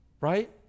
Right